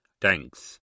Thanks